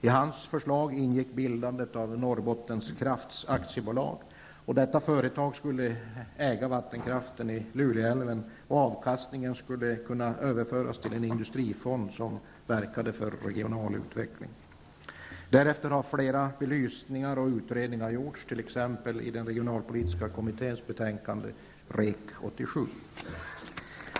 I hans förslag ingick bildandet av ett Norrbottens kraft Luleälven, och avkastningen skulle kunna överföras till en industrifond som verkade för regional utveckling. Därefter har flera belysningar och utredningar gjorts, t.ex. i regionalpolitiska kommitténs betänkande REK87.